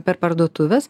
per parduotuves